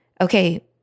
okay